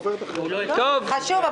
זה חשוב.